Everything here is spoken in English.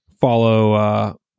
follow